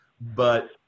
But-